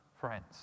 friends